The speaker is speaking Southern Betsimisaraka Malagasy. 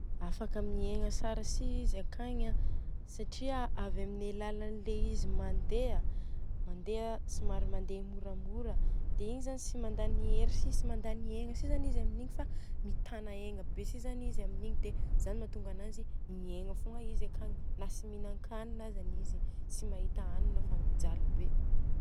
Afaka miegna tsara si izy akagny an satria avy amin'ny alalan'ny le izy mandeha, mandeha somary mandeha mora dia igny zany tsy mandany egna si tsy mandany hery si zany izy aminigny fa mitana egna be si zany izy aminigny dia zany.